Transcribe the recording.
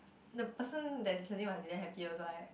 the person that's listening must be very happy also like